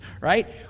Right